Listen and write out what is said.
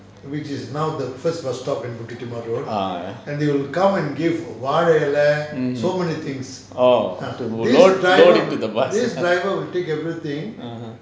ah ya orh roll into the bus